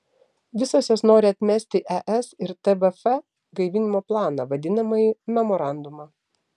visos jos nori atmesti es ir tvf gaivinimo planą vadinamąjį memorandumą